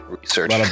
research